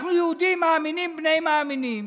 ואנחנו יהודים מאמינים בני מאמינים,